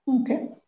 okay